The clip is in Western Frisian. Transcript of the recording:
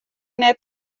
net